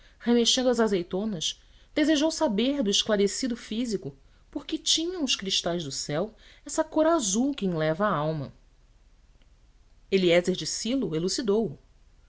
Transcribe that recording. remexendo as azeitonas desejou saber do esclarecido físico por que tinham os cristais do céu essa cor azul que enleva a alma eliézer de silo elucidou o